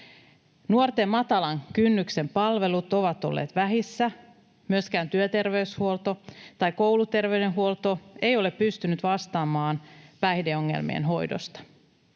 Nuorten matalan kynnyksen palvelut ovat olleet vähissä. Myöskään työter- veyshuolto tai kouluterveydenhuolto ei ole pystynyt vastaamaan päihdeongelmien hoidosta.